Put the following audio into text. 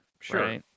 Sure